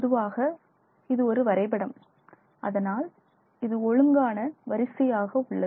பொதுவாக இது ஒரு வரைபடம் அதனால் இது ஒழுங்கான வரிசையாக உள்ளது